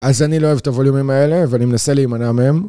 אז אני לא אוהב את הווליומים האלה, ואני מנסה להימנע מהם.